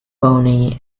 bonny